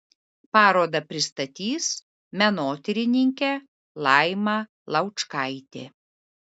parodą pristatys menotyrininkė laima laučkaitė